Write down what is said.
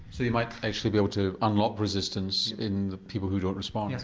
so you might actually be able to unlock resistance in the people who don't respond. yes,